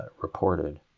reported